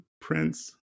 Prince